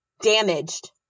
damaged